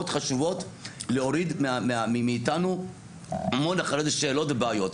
חשובות להוריד מאיתנו המון שאלות ובעיות.